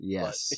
Yes